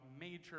major